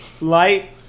Light